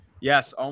Yes